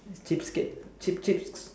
cheapskate cheap cheap